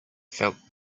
felt